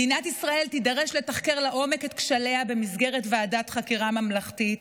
מדינת ישראל תידרש לתחקר לעומק את כשליה במסגרת ועדת חקירה ממלכתית,